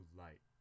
light